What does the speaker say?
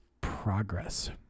progress